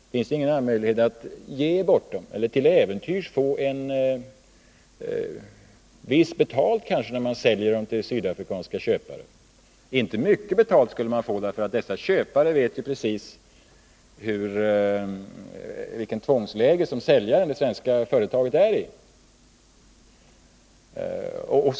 Det finns då ingen annan möjlighet än att ge bort anläggningarna eller till äventyrs få en viss betalning vid försäljning till sydafrikanska köpare. Man skulle inte få mycket betalt, för dessa köpare vet precis i vilket tvångsläge säljaren, dvs. det svenska företaget, befinner sig.